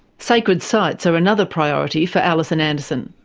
sacred sites are another priority for alison anderson.